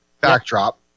backdrop